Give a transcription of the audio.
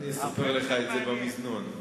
אני אספר לך את זה במזנון.